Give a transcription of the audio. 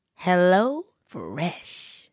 HelloFresh